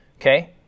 Okay